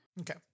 Okay